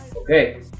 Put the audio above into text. okay